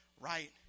right